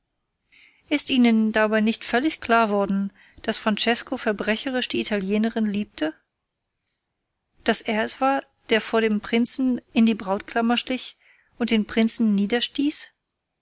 ist es ihnen dabei nicht völlig klar worden daß francesko verbrecherisch die italienerin liebte daß er es war der vor dem prinzen in die brautkammer schlich und den prinzen